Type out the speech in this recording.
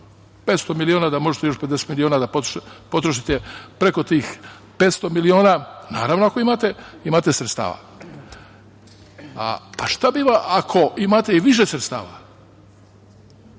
500 miliona da možete još 50 miliona da potrošite preko tih 500 miliona, naravno ako imate sredstava. Šta biva ako imate i više sredstava,